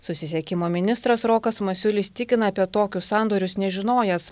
susisiekimo ministras rokas masiulis tikina apie tokius sandorius nežinojęs